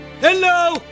Hello